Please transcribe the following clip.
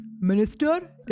Minister